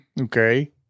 Okay